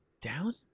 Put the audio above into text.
down